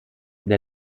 der